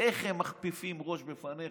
איך הם כופפים ראש בפניך?